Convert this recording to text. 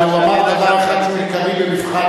אבל הוא אמר דבר אחד שהוא עיקרי במבחן